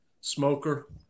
smoker